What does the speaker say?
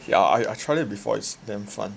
yeah I I tried it before it's damn fun